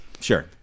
Sure